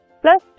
plus